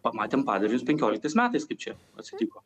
pamatėm padarinius penkioliktais metais kaip čia atsitiko